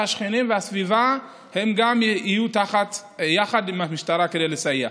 השכנים והסביבה יהיו יחד עם המשטרה כדי לסייע.